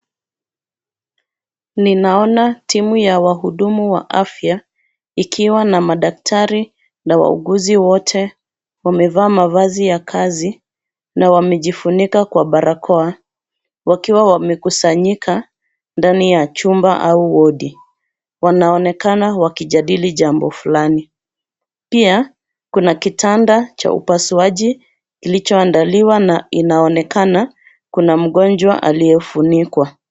Ninaona timu ya wahudumu wa afya, ikiwa na madaktari na wauguzi wote, wamevaa mavazi ya kazi, na wamejifunika kwa barakoa, wakiwa wamekusanyika ndani ya chumba au wodi. Wanaonekana wakijadili jambo fulani. Pia, kuna kitanda cha upasuaji kilichoandaliwa na inaonekana, kuna mgonjwa aliyefunikwa.